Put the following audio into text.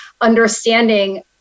understanding